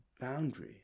boundary